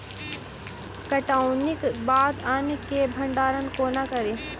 कटौनीक बाद अन्न केँ भंडारण कोना करी?